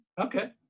Okay